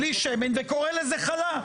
בלי שמן וקורא לזה חלה.